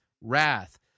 wrath